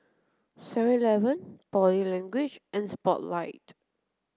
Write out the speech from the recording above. seven eleven Body Language and Spotlight